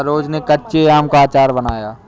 सरोज ने कच्चे आम का अचार बनाया